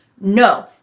no